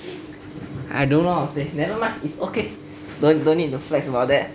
I don't know how to say nevermind it's okay don't need to flex about that